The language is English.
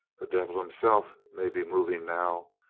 the devil himself may be moving now.